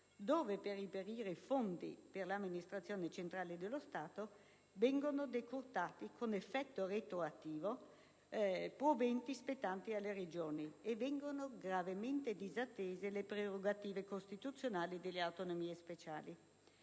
dove, per reperire risorse per l'amministrazione centrale dello Stato, vengono decurtati con effetto retroattivo fondi spettanti alle Regioni, e vengono gravemente disattese le prerogative costituzionali delle autonomie speciali.